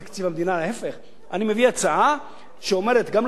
אני מביא הצעה שאומרת גם לשפר את החיים בערים הללו.